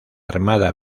armada